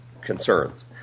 concerns